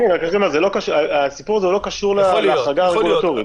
הסיפור הזה לא קשור להחרגה הרגולטורית,